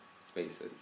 spaces